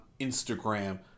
Instagram